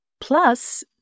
Plus